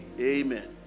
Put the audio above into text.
amen